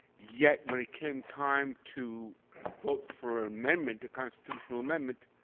yet when it came time to vote for amendment, the constitutional amendment,